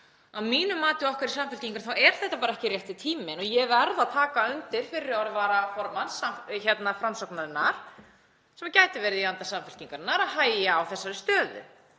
Að mínu mati og okkar í Samfylkingunni þá er þetta bara ekki rétti tíminn og ég verð að taka undir fyrri orð varaformanns Framsóknar, sem gæti verið í anda Samfylkingarinnar, um hægja á þessari stöðu.